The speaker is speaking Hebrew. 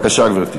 בבקשה, גברתי.